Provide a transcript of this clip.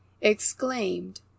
exclaimed